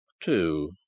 two